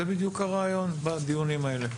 זה בדיוק הרעיון בדיונים האלה.